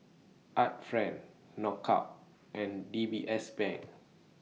Art Friend Knockout and D B S Bank